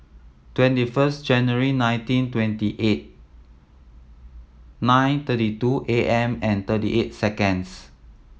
twenty first January nineteen twenty eight nine thirty two A M and thirty eight seconds